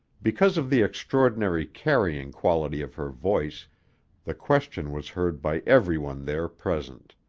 because of the extraordinary carrying quality of her voice the question was heard by every one there present